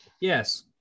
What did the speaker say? yes